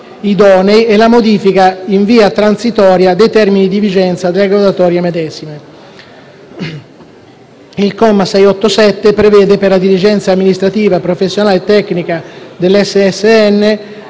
idonei e la modifica, in via transitoria, dei termini di vigenza delle graduatorie medesime. Il comma 687 prevede che la dirigenza amministrativa, professionale e tecnica del SSN,